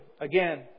again